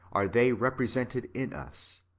are they represented in us,